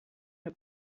her